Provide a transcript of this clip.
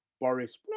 Boris